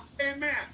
Amen